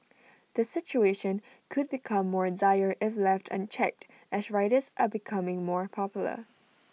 the situation could become more dire if left unchecked as riders are becoming more popular